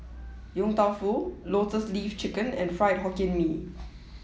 Yong Tau Foo Lotus Leaf Chicken and fried Hokkien Mee